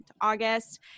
August